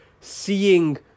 seeing